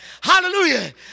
Hallelujah